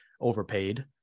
overpaid